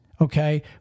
okay